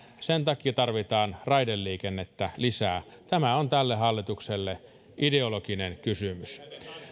sen takia tarvitaan raideliikennettä lisää tämä on tälle hallitukselle ideologinen kysymys